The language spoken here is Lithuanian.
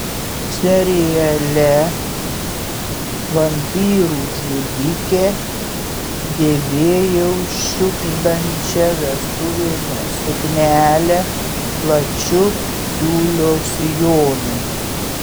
seriale vampyrų žudikė dėvėjau šiugždančią vestuvinę suknelę plačiu tiulio sijonu